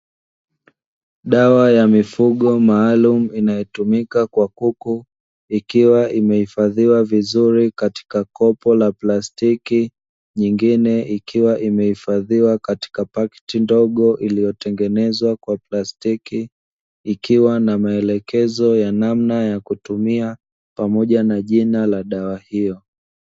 Dawa ya mifugo maalamu inayotumika kwa kuku, ikiwa imehifadhiwa vizuri katika kopo la plastiki, nyingine ikiwa imehifadhiwa katika pakiti ndogo iliyotengenezwa kwa plastiki, ikiwa na maelekezo ya namna ya kutumia pamoja na jina la dawa hiyo.